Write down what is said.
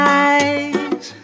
eyes